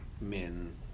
men